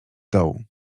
dołu